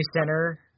center